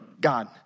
God